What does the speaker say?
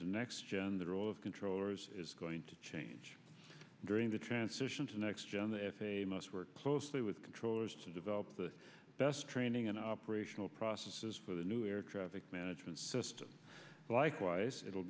to next gen the role of controllers is going to change during the transition to next gen the f a a must work closely with controllers to develop the best training and operational processes for the new air traffic management system likewise it